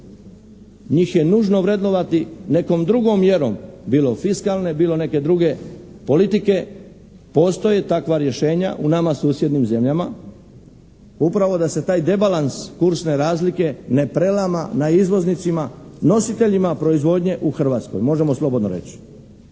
Njih je nužno vrednovati nekom drugom mjerom bilo fiskalne, bilo neke druge politike. Postoje takva rješenja u nama susjednim zemljama upravo da se taj debalans kursne razlike ne prelama na izvoznicima, nositeljima proizvodnje u Hrvatskoj, možemo slobodno reći.